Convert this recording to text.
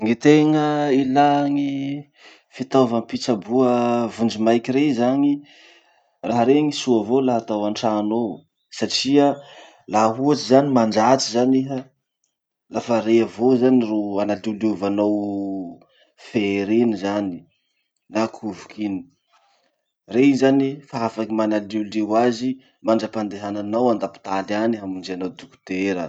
Gny tena ilà gny fitaovam-pitsaboa vonjimaiky rey zany. Raha reny soa avao laha atao antrano ao, satria laha ohatsy zany mandratsy zany iha, lafa rey avao zany ro analioliovanao fery iny zany na kovoky iny. Reny zany fa afaky manaliolio azy mandram-pandehananao andapotaly any hamonjeanao dokotera.